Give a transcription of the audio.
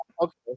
okay